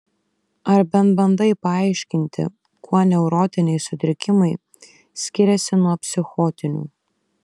ar bent bandai paaiškinti kuo neurotiniai sutrikimai skiriasi nuo psichotinių